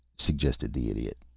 suggested the idiot.